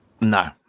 no